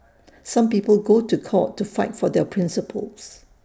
some people go to court to fight for their principles